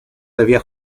debía